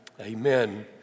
amen